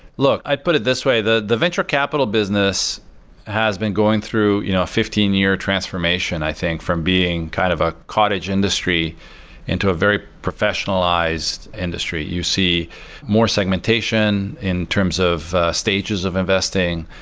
look, i put it this way. the the venture capital business has been going through you know a fifteen year transformation, i think, from being kind of a cottage industry into a very professionalized industry. you see more segmentation in terms of stages of investing.